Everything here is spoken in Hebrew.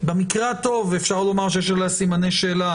במקרה הטוב, אפשר לומר שיש עליה סימני שאלה.